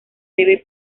debe